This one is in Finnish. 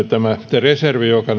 reservi joka